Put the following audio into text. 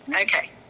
okay